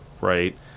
right